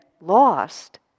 lost